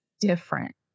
different